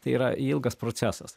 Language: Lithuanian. tai yra ilgas procesas